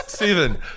Stephen